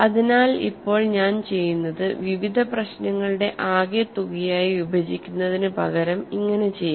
അതിനാൽ ഇപ്പോൾ ഞാൻ ചെയ്യുന്നത് വിവിധ പ്രശ്നങ്ങളുടെ ആകെത്തുകയായി വിഭജിക്കുന്നതിനുപകരം ഇങ്ങനെ ചെയ്യാം